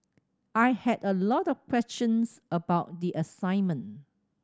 I had a lot of questions about the assignment